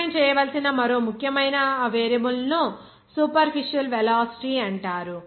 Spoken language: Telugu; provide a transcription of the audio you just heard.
డిఫైన్ చేయవలసిన మరో ముఖ్యమైన వేరియబుల్ను సూపర్ఫిషల్ వెలాసిటీ అంటారు